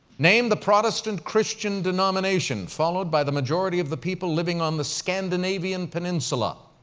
name the protestant christian denomination followed by the majority of the people living on the scandinavian peninsula.